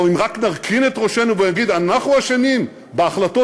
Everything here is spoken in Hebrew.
או אם רק נרכין את ראשנו ונגיד: אנחנו אשמים בהחלטות